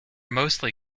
mostly